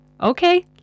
Okay